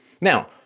Now